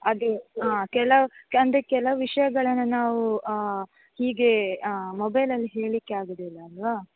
ಅದೆ ಹಾಂ ಕೆಲವು ಅಂದರೆ ಕೆಲವು ವಿಷ್ಯಗಳನ್ನ ನಾವು ಹೀಗೆ ಮೊಬೈಲಲ್ಲಿ ಹೇಳಲಿಕ್ಕೆ ಆಗೋದಿಲ್ಲ ಅಲ್ಲವಾ